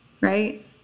right